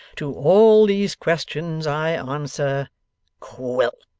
to all these questions i answer quilp